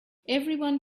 everyone